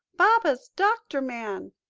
baba's doctor man,